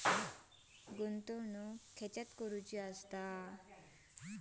गुंतवणुक खेतुर करूची?